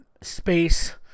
space